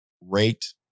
rate